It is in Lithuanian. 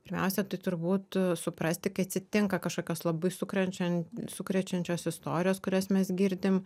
pirmiausia tai turbūt suprasti kai atsitinka kažkokios labai sukrečian sukrečiančios istorijos kurias mes girdim